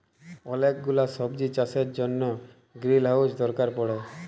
ওলেক গুলা সবজির চাষের জনহ গ্রিলহাউজ দরকার পড়ে